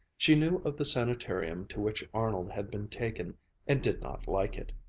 she knew of the sanitarium to which arnold had been taken and did not like it.